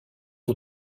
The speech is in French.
aux